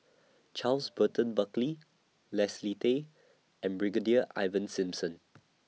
Charles Burton Buckley Leslie Tay and Brigadier Ivan Simson